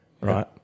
right